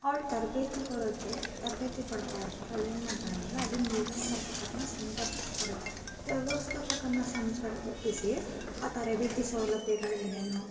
ಅವ್ಳ ತರಬೇತಿ ಕೊಡೋಕ್ಕೆ ತರಬೇತಿ ಪಡ್ಕೊಳ್ಳೋಕ್ಕೆ ಅವ್ಳು ಏನ್ಮಾಡ್ತಾಳೆ ಅಂದರೆ ಅಲ್ಲಿನ ವ್ಯವಸ್ಥಾಪಕರನ್ನ ಸಂಪರ್ಕ್ಸ್ತಾರೆ ವ್ಯವಸ್ಥಾಪಕರನ್ನ ಸಂಪರ್ಕಿಸಿ ಆ ತರಬೇತಿ ಸೌಲಭ್ಯಗಳೇನೇನು